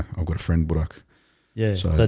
ah got a friend brock yeah,